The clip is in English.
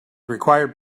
required